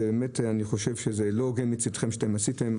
זה לא הוגן מצדכם מה שעשיתם.